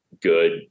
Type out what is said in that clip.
good